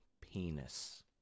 penis